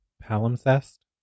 Palimpsest